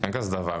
אין כזה דבר.